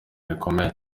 rikomeye